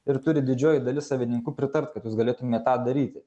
ir turi didžioji dalis savininkų pritart kad jūs galėtumėt tą daryti